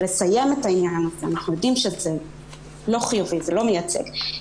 אנחנו יודעים שזה לא חיובי, שזה לא מייצג.